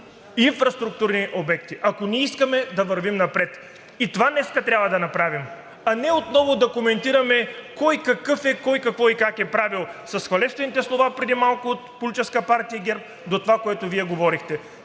ни инфраструктурни обекти, ако искаме да вървим напред! И това днес трябва да направим, а не отново да коментираме кой какъв е, кой какво и как е правил – с хвалебствените слова преди малко от Политическа партия ГЕРБ до това, което Вие говорихте!